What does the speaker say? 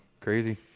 Crazy